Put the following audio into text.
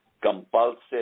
compulsive